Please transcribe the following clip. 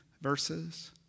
verses